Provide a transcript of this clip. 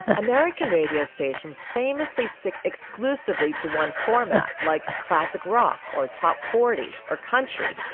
american radio stations famously stick exclusively to one format like classic rock or top forty or country.